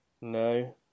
No